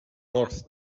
north